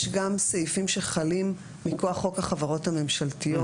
יש גם סעיפים שחלים מכוח חוק החברות הממשלתיות